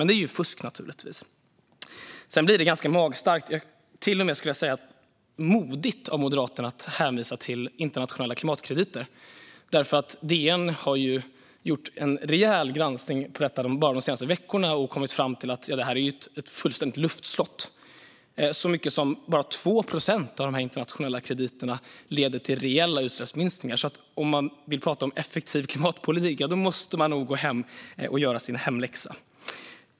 Det är naturligtvis fusk. Det är ganska magstarkt, jag skulle till och med säga modigt, av Moderaterna att hänvisa till internationella klimatkrediter. DN har gjort en rejäl granskning av detta de senaste veckorna och kommit fram till att det är ett fullständigt luftslott. Bara 2 procent av de internationella krediterna leder till reella utsläppsminskningar. Om man vill prata om effektiv klimatpolitik måste man nog gå hem och göra sin hemläxa.